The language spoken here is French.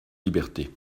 liberté